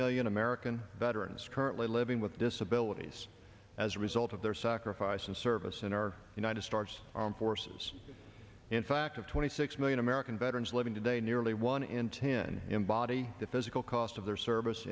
million american veterans currently living with disability as a result of their sacrifice and service in our united stars armed forces in fact of twenty six million american veterans living today nearly one in ten embody the physical cost of their service